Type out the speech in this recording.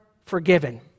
forgiven